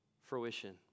fruition